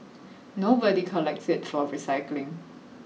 nobody collects it for recycling